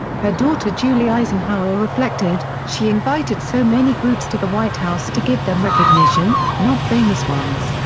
her daughter julie eisenhower reflected, she invited so many groups to the white house to give them recognition, not famous ones,